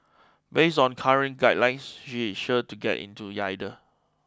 based on current guidelines she is sure to get into it either